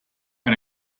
and